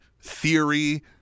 theory